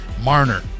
Marner